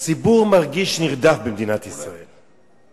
הציבור במדינת ישראל מרגיש נרדף.